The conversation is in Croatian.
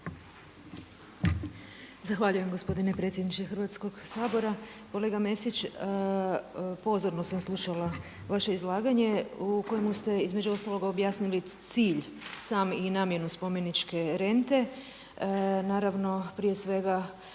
Zahvaljujem gospodine predsjedniče Hrvatskoga sabora. Kolega Mesić, pozorno sam slušala vaše izlaganje u kojemu ste između ostaloga objasnili cilj sam i namjenu spomeničke rente. Naravno prije svega